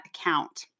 account